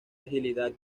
agilidad